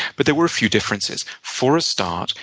but there were a few differences. for a start,